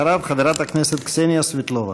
אחריו, חברת הכנסת קסניה סבטלובה.